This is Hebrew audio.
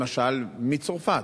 למשל בצרפת,